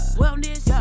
wellness